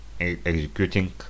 executing